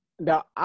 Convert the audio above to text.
Now